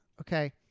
Okay